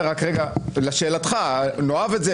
לשאלתך נאהב את זה,